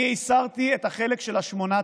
אני הסרתי את החלק של ה-8,000.